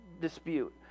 dispute